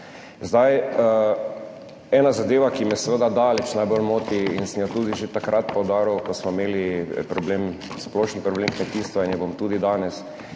Ena zadeva, ki me seveda daleč najbolj moti in sem jo tudi že takrat poudaril, ko smo imeli problem, splošni problem kmetijstva in jo bom tudi danes.